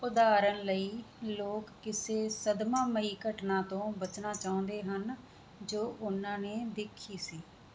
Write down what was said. ਉਦਾਹਰਣ ਲਈ ਲੋਕ ਕਿਸੇ ਸਦਮਾ ਮਈ ਘਟਨਾ ਤੋਂ ਬਚਣਾ ਚਾਹੁੰਦੇ ਹਨ ਜੋ ਉਹਨਾਂ ਨੇ ਦੇਖੀ ਸੀ